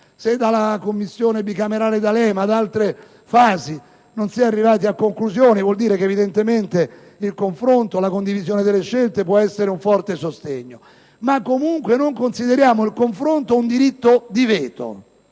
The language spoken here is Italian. Se dalla Commissione bicamerale D'Alema fino ad altre fasi non si è mai arrivati a una conclusione, ciò vuol dire che, evidentemente, il confronto e la condivisione delle scelte possono essere un forte sostegno. Comunque, noi non consideriamo il confronto come un diritto di veto,